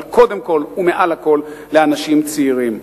אבל קודם כול ומעל לכול לאנשים צעירים.